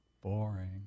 Boring